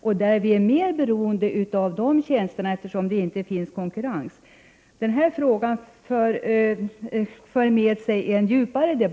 Och vi är mer beroende av